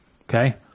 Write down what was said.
Okay